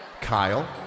Kyle